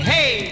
Hey